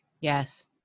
yes